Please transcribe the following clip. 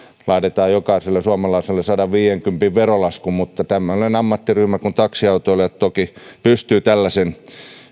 laitetaan jokaiselle suomalaiselle sadanviidenkymmenen euron verolasku tämmöinen ammattiryhmä kuin taksiautoilijat toki pystyy tällaisen